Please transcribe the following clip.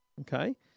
okay